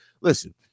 listen